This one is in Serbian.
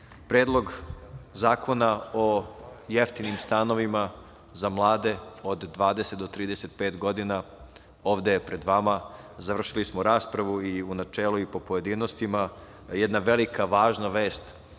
zakona o jeftinim stanovima za mlade od 20 do 35 godina ovde je pred vama. Završili smo raspravu i u načelu i u pojedinostima. Jedna velika važna vest